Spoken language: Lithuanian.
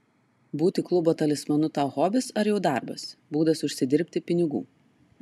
būti klubo talismanu tau hobis ar jau darbas būdas užsidirbti pinigų